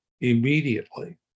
immediately